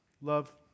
Love